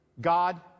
God